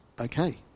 okay